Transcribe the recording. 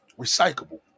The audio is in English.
Recyclable